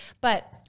but-